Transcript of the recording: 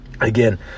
again